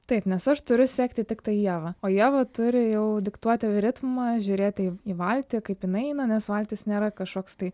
taip nes aš turiu sekti tiktai ievą o ieva turi jau diktuoti ritmą žiūrėti į valtį kaip jinai eina nes valtis nėra kažkoks tai